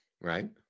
right